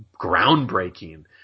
groundbreaking